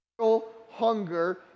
hunger